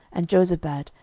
and jozabad,